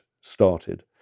started